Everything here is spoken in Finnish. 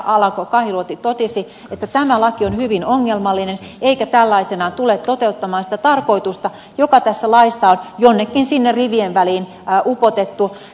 alanko kahiluoto toteavat että tämä laki on hyvin ongelmallinen eikä tällaisenaan tule toteuttamaan sitä tarkoitusta joka tässä laissa on jonnekin sinne rivien väliin upotettu